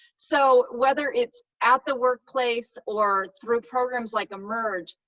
so, whether it's at the workplace or through programs like emerge,